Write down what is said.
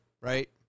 right